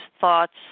thoughts